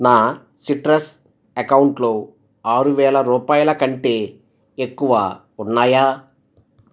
నా సిట్రస్ అకౌంట్లో ఆరు వేల రూపాయల కంటే ఎక్కువ ఉన్నాయా